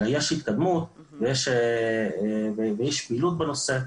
יש התקדמות, ויש פעילות בנושא.